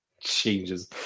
changes